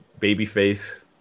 babyface